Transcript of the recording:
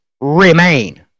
remain